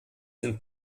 sind